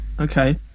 Okay